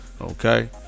Okay